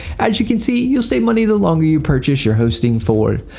as you can see you'll save money the longer, you purchase your hosting for.